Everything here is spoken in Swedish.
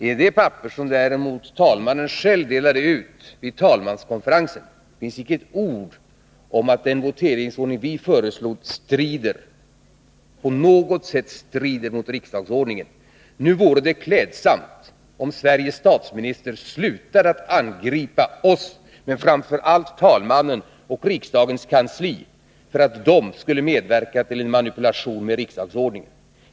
I det papper som talmannen själv delade ut vid talmanskonferensen finns däremot icke ett ord om att den voteringsordning vi föreslog på något sätt strider mot riksdagsordningen. Det vore klädsamt om Sveriges statsminister slutade att angripa oss men framför allt talmannen och kammarens kansli för att medverka till en manipulation med riksdagsordningen.